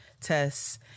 tests